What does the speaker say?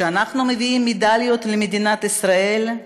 כשאנחנו מביאים מדליות למדינת ישראל,